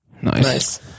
nice